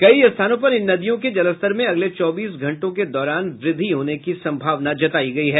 कई स्थानों पर इन नदियों के जलस्तर में अगले चौबीस घंटे के दौरान वृद्धि होने की संभावना है